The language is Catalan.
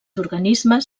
organismes